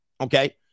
Okay